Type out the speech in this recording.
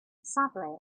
sadly